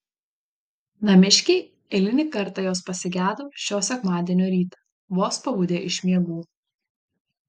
namiškiai eilinį kartą jos pasigedo šio sekmadienio rytą vos pabudę iš miegų